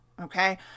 okay